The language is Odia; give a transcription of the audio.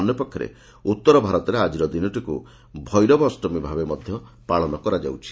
ଅନ୍ୟପକ୍ଷରେ ଉତ୍ତର ଭାରତରେ ଆଜିର ଦିନଟିକୁ ଭେରବ ଅଷ୍ଟମୀ ଭାବେ ମଧ୍ୟ ପାଳନ କରାଯାଉଛି